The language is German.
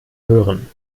hören